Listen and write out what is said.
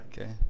Okay